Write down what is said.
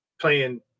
playing